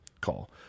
call